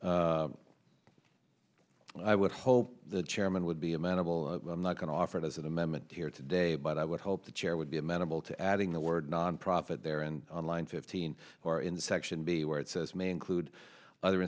four i would hope the chairman would be amenable i'm not going to offer this in the memo here today but i would hope the chair would be amenable to adding the word nonprofit there and online fifteen or in the section b where it says may include other